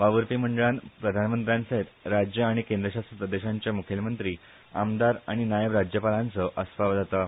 वावुरपी मंडळान प्रधानमंत्र्यासयत राज्य आनी केंद्रशासित प्रदेशांचे मुखेलमंत्री आमदार आनी नायब राज्यपालांचो आस्पाव जाता